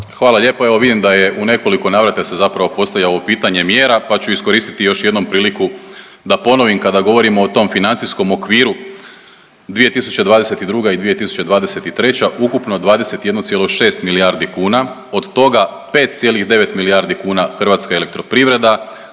Hvala lijepo. Evo vidim da je u nekoliko navrata se zapravo postavlja ovo pitanje mjera pa ću iskoristiti još jednom priliku da ponovim kada govorimo o tom financijskom okviru. 2022. i 2023., ukupno 21,6 milijardi kuna, od toga 5,9 milijardi kuna HEP, državni